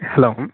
hello